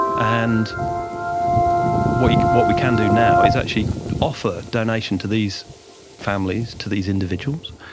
and what what we can do now is actually offer donation to these families, to these individuals,